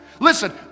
listen